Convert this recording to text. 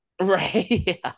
Right